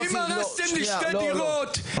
לא שנייה לא לא,